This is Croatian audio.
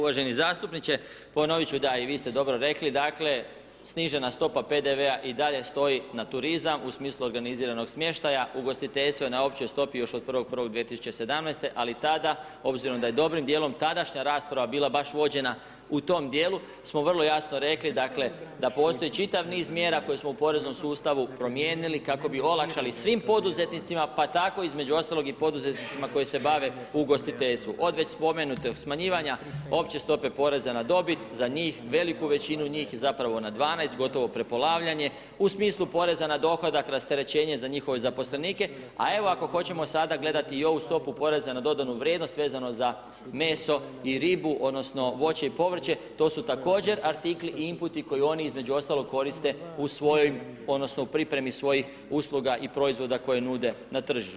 Uvaženi zastupniče, ponovit ću, da, i vi ste dobro rekli dakle, snižena stopa PDV-a i dalje stoji na turizam u smislu organiziranog smještaja, ugostiteljstvo je na općoj stopi još od 1.1.2017. ali tada obzirom da je dobrim tadašnja rasprava bila baš vođena u tom djelu smo vrlo jasno rekli da postoj čitav niz mjera koje smo u poreznom sustavu promijenili kako bi olakšali svim poduzetnicima pa tako između ostalog i poduzetnicima koji se bave ugostiteljstvu od već spomenutog smanjivanja opće stope poreza dobit, za njih veliku većinu njih, zapravo na 12 gotovo prepolavljanje, u smislu poreza na dohodak, rasterećenje za njihove zaposlenike a evo ako hoćemo sada gledati i ovu stopu poreza na dodanu vrijednost vezano za meso i ribu odnosno voće i povrće, to su također artikli i inputi koji oni između ostalog koriste u svojoj odnosno u pripremi svojih usluga i proizvoda koje nude na tržištu.